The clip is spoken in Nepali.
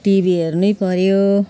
टिभी हेर्नै पर्यो